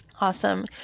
Awesome